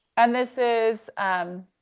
and this is, um,